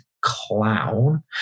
clown